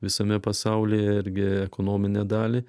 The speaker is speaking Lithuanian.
visame pasaulyje irgi ekonominę dalį